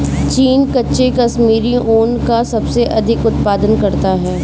चीन कच्चे कश्मीरी ऊन का सबसे अधिक उत्पादन करता है